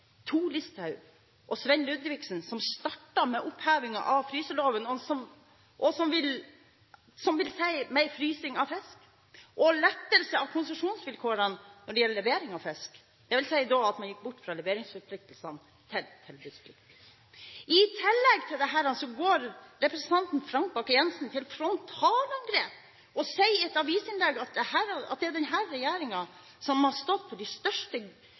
Thor Listau og Svein Ludvigsen som startet med opphevingen av fryseloven, noe som vil si mer frysing av fisk, og lettelse av konsesjonsvilkårene når det gjelder levering av fisk. Det vil si at da gikk man bort fra leveringsplikten og over til tilbudsplikt. I tillegg til dette går representanten Frank Bakke-Jensen til frontalangrep, og sier i et avisinnlegg at det er denne regjeringen som har «stått for de største